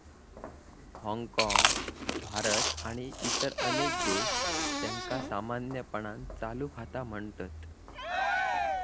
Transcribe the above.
हाँगकाँग, भारत आणि इतर अनेक देश, त्यांका सामान्यपणान चालू खाता म्हणतत